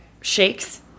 shakes